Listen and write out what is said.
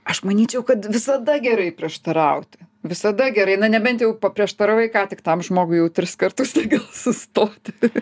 aš manyčiau kad visada gerai prieštarauti visada gerai na nebent jau paprieštaravai ką tik tam žmogui jau tris kartus tai gal sustoti